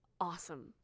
Awesome